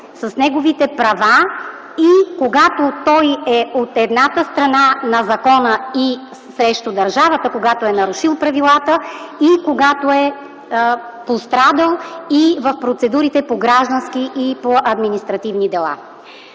с неговите права и когато той е от едната страна на закона и срещу държавата, когато е нарушил правилата, и когато е пострадал и в процедурите по граждански и административни дела.